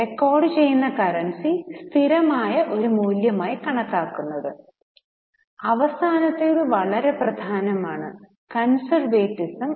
റെക്കോർഡുചെയ്യുന്ന currency സ്ഥിരമായ ഒരു മൂല്യമായി കണക്കാക്കുന്നത് അവസാനത്തേത് വളരെ പ്രധാനമാണ് കൺസേർവറ്റിസം